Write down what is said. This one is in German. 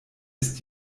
ist